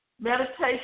Meditation